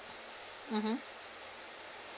mmhmm